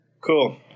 cool